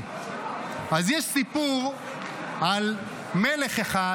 אז אני רוצה לספר לכם